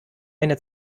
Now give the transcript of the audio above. eine